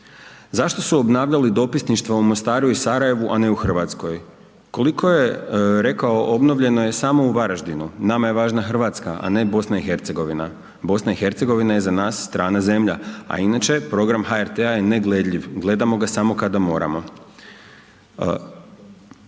Zašto su obnavljali dopisništvo u Mostaru i Sarajevu, a ne u Hrvatskoj? Koliko je rekao, obnovljeno je samo u Varaždinu. Nama je važna Hrvatska, a ne BiH. BiH je za nas strana zemlja, a inače program HRT je ne gledljiv, gledamo ga samo kada moramo.